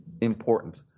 important